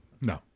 No